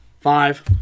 Five